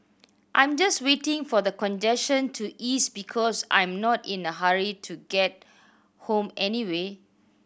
I'm just waiting for the congestion to ease because I'm not in a hurry to get home anyway